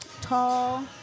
tall